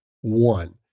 One